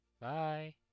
bye